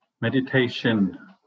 meditation